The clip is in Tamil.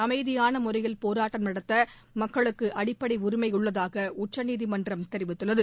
அமைதியான முறையில் போராட்டம் நடத்த மக்களுக்கு அடிப்படை உரிமை உள்ளதாக உச்சநீதிமன்றம் தெரிவித்துள்ளது